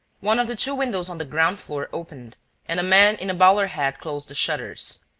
one of the two windows on the ground floor opened and a man in a bowler hat closed the shutters.